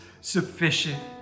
sufficient